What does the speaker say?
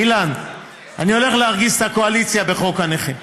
אילן, אני הולך להרגיז את הקואליציה בחוק הנכים,